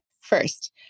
first